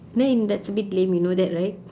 then that's a bit lame you know that right